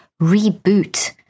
reboot